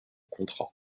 contrat